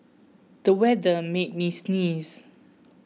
the weather made me sneeze